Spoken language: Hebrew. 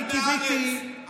אני קיוויתי,